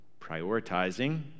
prioritizing